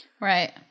Right